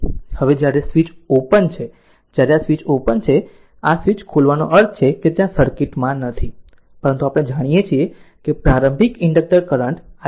હવે જ્યારે સ્વીચ હવે ઓપન છે જ્યારે આ સ્વીચ ઓપન છે આ સ્વીચ ખુલવાનો અર્થ છે કે આ ત્યાં સર્કિટ માં નથી પરંતુ આપણે જાણીએ છીએ કે પ્રારંભિક ઇન્ડકટર કરંટ I0 2 એમ્પીયર